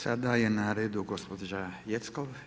Sada je na redu gospođa Jeckov.